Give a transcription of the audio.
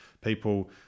People